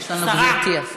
יש לנו, גברתי, שרה.